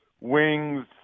wings